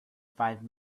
five